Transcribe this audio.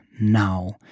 now